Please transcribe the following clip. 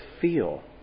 feel